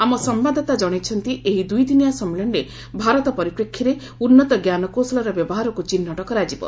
ଆମ ସମ୍ଭାଦଦାତା ଜଣାଇଛନ୍ତି ଏହି ଦୁଇଦିନିଆ ସମ୍ମିଳନୀରେ ଭାରତ ପରିପ୍ରେକ୍ଷୀରେ ଉନ୍ନତ ଜ୍ଞାନକୌଶଳର ବ୍ୟବହାରକୁ ଚିହ୍ନଟ କରାଯିବ